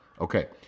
Okay